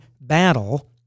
battle